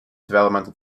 developmental